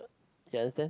you understand